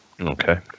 okay